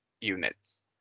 units